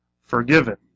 forgiven